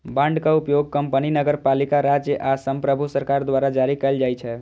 बांडक उपयोग कंपनी, नगरपालिका, राज्य आ संप्रभु सरकार द्वारा जारी कैल जाइ छै